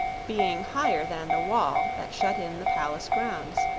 being higher than the wall that shut in the palace grounds.